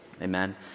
Amen